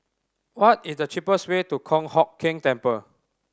what is the cheapest way to Kong Hock Keng Temple